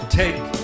take